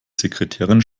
sekretärin